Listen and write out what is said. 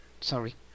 sorry